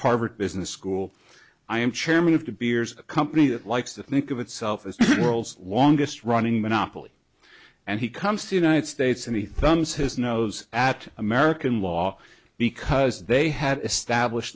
harvard business school i am chairman of to be yours a company that likes to think of itself as world's longest running monopoly and he comes to united states and he thumbs his nose at american law because they had establish